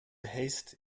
haste